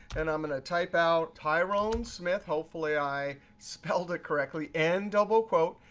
and i'm going to type out tyrone smithe. hopefully i spelled it correctly. end double quote.